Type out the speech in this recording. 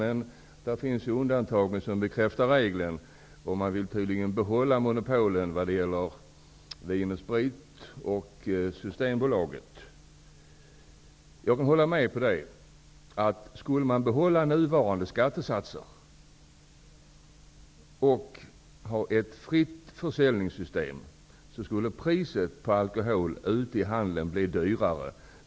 Men det finns ett undantag som bekräftar regeln, och man vill tydligen behålla monopolen när det gäller Vin & Sprit och Systembolaget. Jag kan hålla med om att om man skulle behålla nuvarande skattesatser och ha ett fritt försäljningssystem, skulle priserna på alkohol ute i handeln bli högre.